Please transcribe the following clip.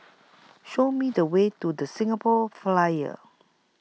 Show Me The Way to The Singapore Flyer